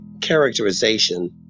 characterization